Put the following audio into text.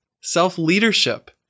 self-leadership